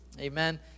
Amen